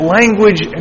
language